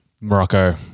Morocco